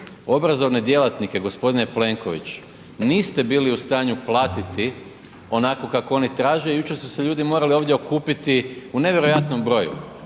obrazovne djelatnike, g. Plenković, niste bili u stanju platiti onako kako oni traže, jučer su se ljudi morali ovdje okupiti u nevjerojatnom broju.